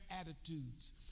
attitudes